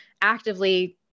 actively